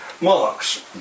marks